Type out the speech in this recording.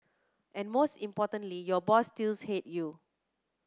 and most importantly your boss still hates you